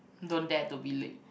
don't dare to be late